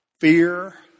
Fear